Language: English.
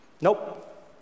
Nope